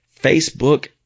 Facebook